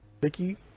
vicky